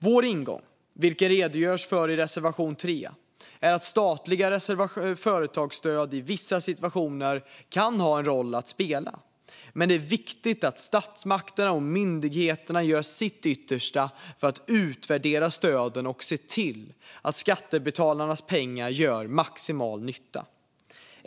Vår ingång, som det redogörs för i reservation 3, är att statliga företagsstöd i vissa situationer kan ha en roll att spela, men det är viktigt att statsmakterna och myndigheterna gör sitt yttersta för att utvärdera stöden och se till att skattebetalarnas pengar gör maximal nytta.